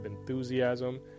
Enthusiasm